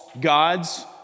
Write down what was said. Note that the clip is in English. gods